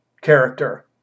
character